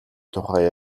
тухай